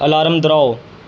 alarm दर्हाओ